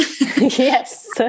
Yes